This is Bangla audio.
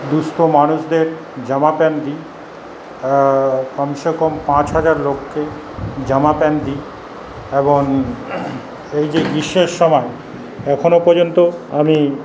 দুঃস্থ মানুষদের জামা প্যান্ট দিই কম সে কম পাঁচ হাজার লোককে জামা প্যান্ট দিই এবং এই যে গ্রীষ্মের সময় এখনও পর্যন্ত আমি